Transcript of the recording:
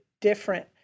different